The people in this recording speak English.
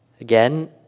Again